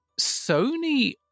Sony